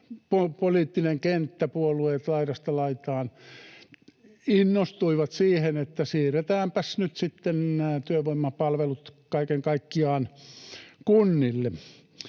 poliittinen kenttä, puolueet laidasta laitaan, innostui siihen, että siirretäänpäs nyt sitten nämä työvoimapalvelut kaiken kaikkiaan kunnille.